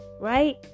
right